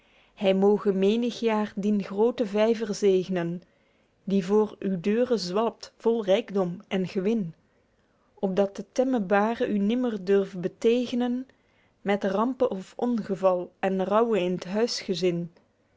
hy moge menig jaer dien grooten vyver zegenen die voor uw deure zwalpt vol rykdom en gewin opdat de temme bare u nimmer durv betegenen met rampe of ongeval en rouwe in t huisgezin